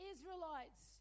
Israelites